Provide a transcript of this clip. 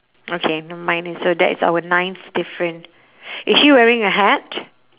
okay mine is so that's our ninth different is she wearing a hat